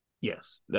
Yes